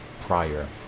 prior